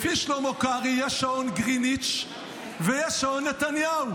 לפי שלמה קרעי יש שעון גריניץ' ויש שעון נתניהו.